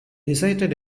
recited